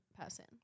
person